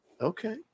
Okay